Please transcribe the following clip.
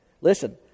Listen